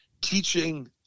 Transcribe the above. teaching